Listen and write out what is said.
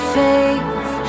faith